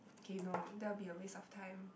okay no that will only be after some time